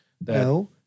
No